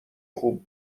خوب